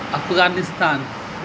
Afghanistan